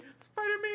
Spider-Man